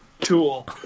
Tool